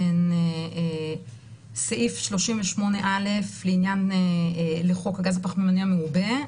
הן סעיף 38(א) לחוק הגז הפחמימני המעובה,